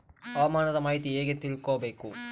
ಹವಾಮಾನದ ಮಾಹಿತಿ ಹೇಗೆ ತಿಳಕೊಬೇಕು?